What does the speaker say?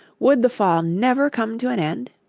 would the fall never come to an end!